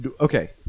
okay